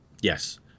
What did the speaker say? Yes